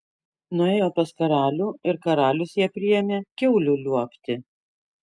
nuėjo pas karalių ir karalius ją priėmė kiaulių liuobti